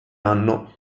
anno